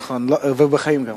נכון, ובחיים גם.